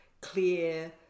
clear